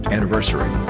Anniversary